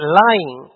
lying